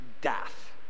death